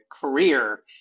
career